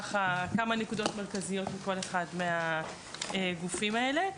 כמה נקודות מרכזיות מכל אחד מהגופים האלה.